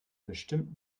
bestimmt